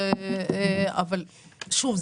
אבל שוב,